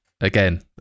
again